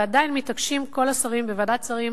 ועדיין מתעקשים כל השרים בוועדת שרים,